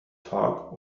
talk